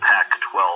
Pac-12